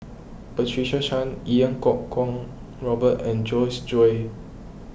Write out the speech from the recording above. Patricia Chan Iau Kuo Kwong Robert and Joyce Jue